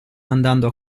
andando